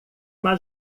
uma